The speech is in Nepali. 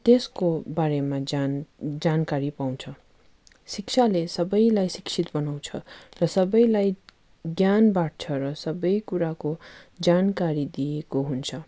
त्यसको बारेमा जान जानकारी पाउँछ शिक्षाले सबैलाई शिक्षित बनाउँछ र सबैलाई ज्ञान बाट्छ र सबै कुराको जानकारी दिएको हुन्छ